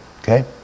Okay